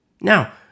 Now